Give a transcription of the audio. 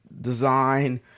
design